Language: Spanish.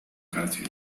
cárcel